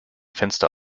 fenster